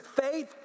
Faith